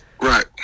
Right